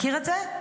מכיר את זה,